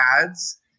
ads